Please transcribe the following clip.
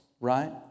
right